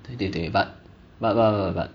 对对对 but but but but but but but